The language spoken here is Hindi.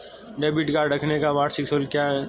डेबिट कार्ड रखने का वार्षिक शुल्क क्या है?